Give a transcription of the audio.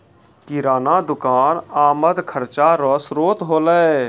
किराना दुकान आमद खर्चा रो श्रोत होलै